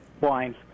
Wine